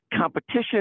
competition